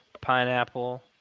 pineapple